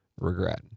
regret